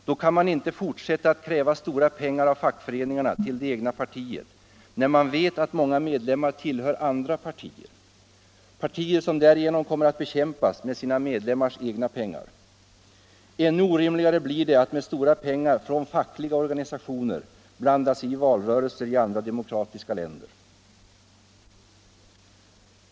Då kan man inte fortsätta att kräva stora pengar av fackföreningarna till det egna partiet, trots att man vet att många medlemmar tillhör andra partier, partier som därigenom kommer att bekämpas med sina egna medlemmars pengar. Ännu orimligare blir det att med stora pengar från fackliga organisationer blanda sig i valrörelser i andra demokratiska länder.